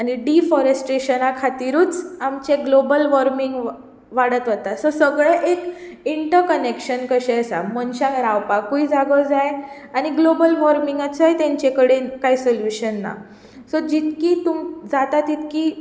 आनी डिफाॅरेस्ट्रेशना खातीरूच आमचें ग्लाॅबल वाॅर्मिंग वाडत वता सो सगलें एक इंटर कनेक्शन कशें आसा मनशाक रावपाकूय जागो जाय आनी ग्लाॅबल वाॅर्मिंगाचेंय तेंचे कडेन कांय सोल्यूशन ना सो जितकी तमी जाता तितकीं